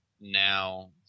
now